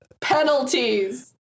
Penalties